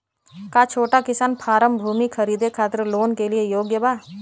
का छोटा किसान फारम भूमि खरीदे खातिर लोन के लिए योग्य बा?